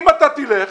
אם אתה תלך